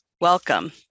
Welcome